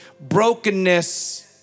brokenness